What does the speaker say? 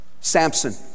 Samson